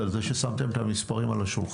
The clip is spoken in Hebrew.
על זה ששמתם את המספרים על השולחן.